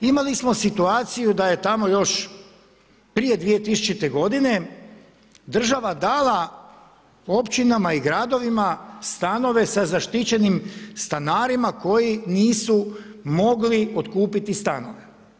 Imali smo situaciju da je tamo još prije 2000. godine država dala općinama i gradovima stanove sa zaštićenim stanarima koji nisu mogli otkupiti stanove.